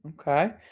okay